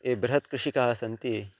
ये बृहत्कृषिकाः सन्ति